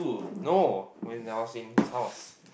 no when I was in his house